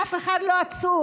אף אחד לא עצור.